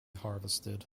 harvested